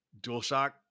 DualShock